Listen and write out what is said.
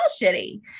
shitty